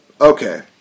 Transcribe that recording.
okay